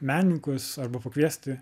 menininkus arba pakviesti